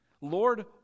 Lord